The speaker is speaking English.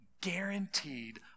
guaranteed